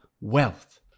wealth